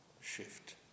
shift